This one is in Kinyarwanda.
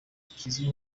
kizwi